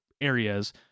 areas